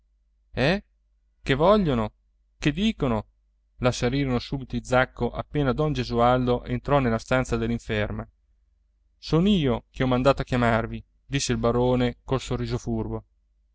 eh che vogliono che dicono l'assalirono subito i zacco appena don gesualdo entrò nella stanza dell'inferma son io che ho mandato a chiamarvi disse il barone col sorriso furbo